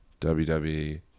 WWE